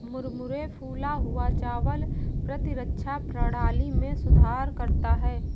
मुरमुरे फूला हुआ चावल प्रतिरक्षा प्रणाली में सुधार करता है